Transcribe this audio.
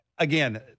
Again